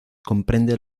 comprende